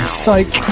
psych